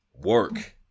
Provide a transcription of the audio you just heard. work